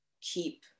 keep